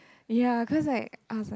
ya cause like I was like